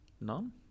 none